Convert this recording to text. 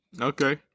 Okay